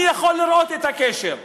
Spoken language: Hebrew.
אני יכול לראות את הקשר.